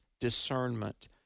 discernment